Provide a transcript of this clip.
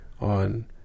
on